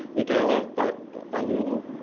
micaela but viluu.